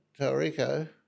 Taurico